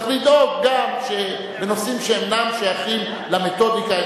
צריך לדאוג גם בנושאים שאינם שייכים למתודיקה,